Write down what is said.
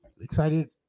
excited